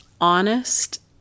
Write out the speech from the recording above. honest